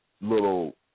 little